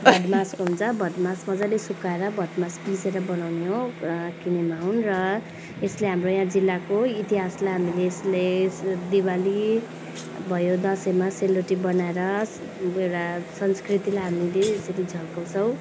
भटमासको हुन्छ भटमास मजाले सुकाएर भटमास पिसेर बनाउने हो किनेमा हुन् र यसले हाम्रो यहाँ जिल्लाको इतिहासलाई हामीले यसले दिवाली भयो दसैँमा सेलरोटी बनाएर एउटा संस्कृतिलाई हामीले यसरी झल्काउँछौँ